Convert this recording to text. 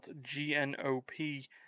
G-N-O-P